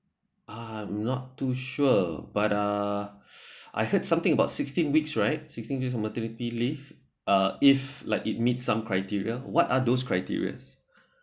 uh I'm not too sure but uh I heard something about sixteen weeks right sixteen weeks maternity leave uh if like it meet some criteria what are those criterias